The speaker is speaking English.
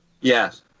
Yes